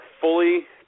fully